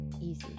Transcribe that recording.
easy